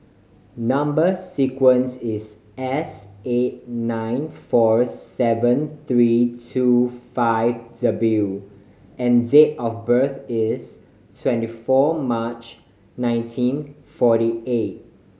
number sequence is S eight nine four seven three two five W and date of birth is twenty four March nineteen forty eight